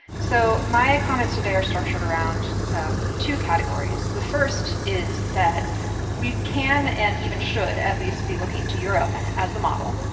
so my comments today are structured around two categories. the first is that we can, and even should, at least be looking to europe as a model.